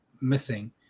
missing